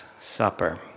supper